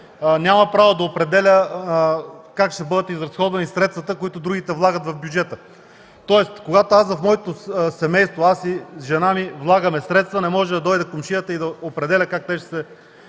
няма право да определя как ще бъдат изразходвани средствата, които другите влагат в бюджета. Тоест, когато аз и жена ми влагаме средства, не може да дойде комшията и да определя как те ще се